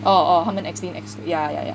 oh oh 他们 explain EXCO yeah yeah